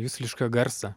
juslišką garsą